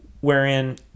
wherein